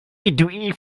etui